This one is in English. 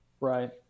right